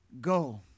go